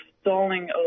stalling